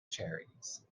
cherries